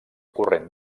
corrent